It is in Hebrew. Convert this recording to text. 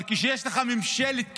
אבל כשיש לך ממשלת כישלון,